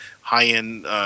high-end